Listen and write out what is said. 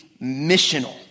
missional